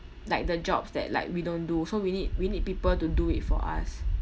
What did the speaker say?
like the jobs that like we don't do so we need we need people to do it for us